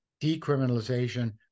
decriminalization